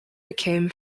became